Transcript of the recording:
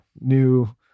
new